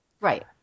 Right